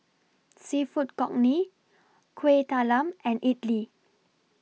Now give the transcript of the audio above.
Seafood Congee Kuih Talam and Idly